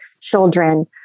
children